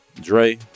Dre